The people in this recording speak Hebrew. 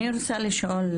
אני רוצה לשאול,